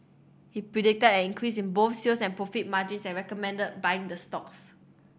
he predicted an increase in both sales and profit margins and recommended buying the stocks